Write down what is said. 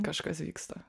kažkas vyksta